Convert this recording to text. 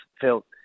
felt